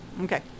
Okay